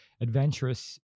adventurous